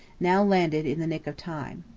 now landed in the nick of time.